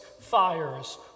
fires